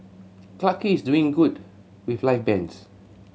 Clarke Quay is doing good with live bands